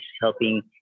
helping